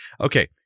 Okay